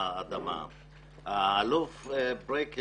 האלוף בריק,